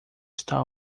star